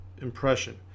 impression